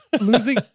losing